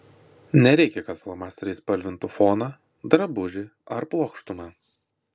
nereikia kad flomasteriais spalvintų foną drabužį ar plokštumą